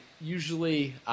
usually